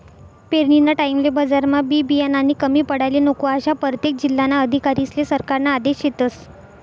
पेरनीना टाईमले बजारमा बी बियानानी कमी पडाले नको, आशा परतेक जिल्हाना अधिकारीस्ले सरकारना आदेश शेतस